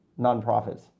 nonprofits